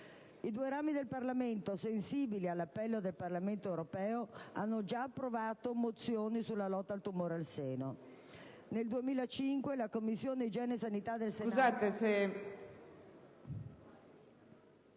I due rami del Parlamento, sensibili all'appello del Parlamento europeo, hanno già approvato mozioni sulla lotta al tumore al seno; nel 2005 la Commissione igiene e sanità del Senato